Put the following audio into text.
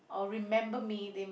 or remember me they